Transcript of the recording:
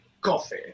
coffee